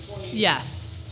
Yes